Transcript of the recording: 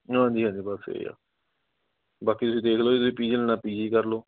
ਹਾਂਜੀ ਹਾਂਜੀ ਬਸ ਇਹੀ ਹੈ ਬਾਕੀ ਤੁਸੀਂ ਦੇਖ ਲਓ ਜੀ ਤੁਸੀਂ ਪੀਜੀ ਲੈਣਾ ਪੀਜੀ ਕਰ ਲਓ